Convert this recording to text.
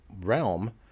realm